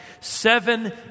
seven